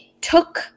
took